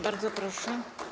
Bardzo proszę.